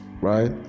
right